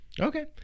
Okay